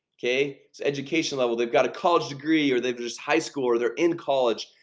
okay, it's education level they've got a college degree or they've just high school or they're in college.